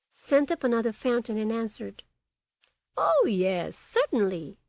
sent up another fountain, and answered oh, yes certainly.